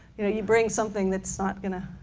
you know you bring something that's not going to